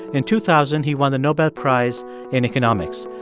in two thousand, he won the nobel prize in economics.